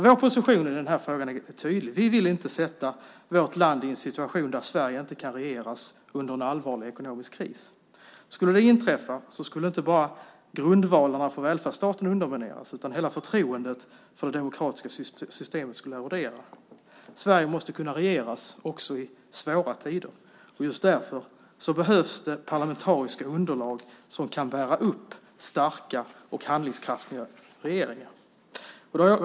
Vår position i den här frågan är alltså tydlig: Vi vill inte försätta vårt land i en situation där Sverige inte kan regeras under en allvarlig ekonomisk kris. Skulle det inträffa skulle inte bara grundvalarna för välfärdsstaten undermineras, utan hela förtroendet för det demokratiska systemet skulle erodera. Sverige måste kunna regeras också i svåra tider. Just därför behövs det parlamentariska underlag som kan bära upp starka och handlingskraftiga regeringar.